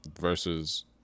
versus